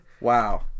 Wow